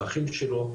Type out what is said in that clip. באחים שלו,